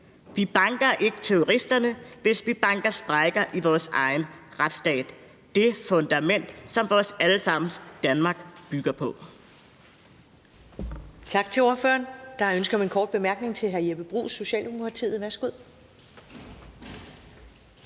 Vi banker ikke terroristerne, hvis vi banker sprækker i vores egen retsstat – det fundament, som vores alle sammens Danmark bygger på.